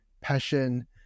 passion